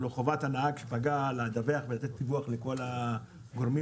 הרי חובת הנהג שפגע לדווח לכל הגורמים,